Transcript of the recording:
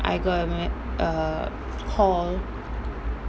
I got err call